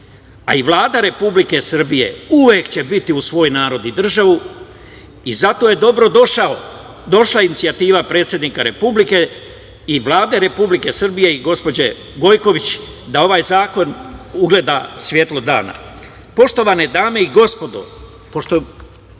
a i Vlada Republike Srbije uvek će biti uz svoj narod i državu i zato je dobrodošla inicijativa predsednika Republike i Vlade Republike Srbije i gospođe Gojković, da ovaj zakon ugleda svetlo dana. Poštovane dame i gospodo,